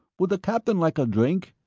would the captain like a drink?